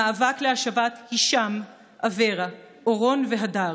המאבק להשבת הישאם, אברה, אורון והדר,